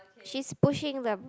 she's pushing the